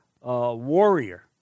warrior